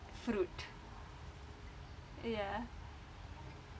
fruit ya